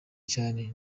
cyane